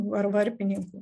ar varpininkų